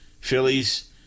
Phillies